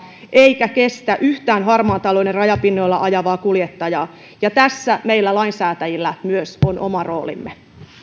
eikä kestä yhtään harmaan talouden rajapinnoilla ajavaa kuljettajaa ja tässä myös meillä lainsäätäjillä on oma roolimme